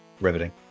riveting